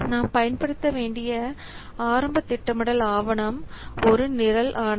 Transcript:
நாம் பயன்படுத்த வேண்டிய ஆரம்ப திட்டமிடல் ஆவணம் ஒரு நிரல் ஆணை